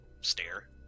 stare